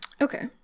okay